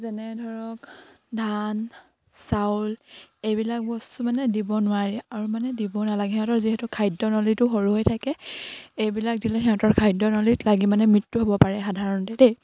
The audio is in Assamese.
যেনে ধৰক ধান চাউল এইবিলাক বস্তু মানে দিব নোৱাৰে আৰু মানে দিব নালাগে সিহঁতৰ যিহেতু খাদ্য নলীটো সৰু হৈ থাকে এইবিলাক দিলে সিহঁতৰ খাদ্য নলীত লাগি মানে মৃত্যু হ'ব পাৰে সাধাৰণতে দেই